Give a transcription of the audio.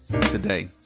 today